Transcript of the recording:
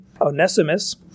Onesimus